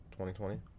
2020